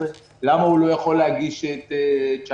למה הוא לא יכול להגיש את 2019?